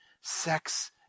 sex